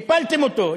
הפלתם אותו.